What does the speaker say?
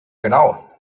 genau